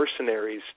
mercenaries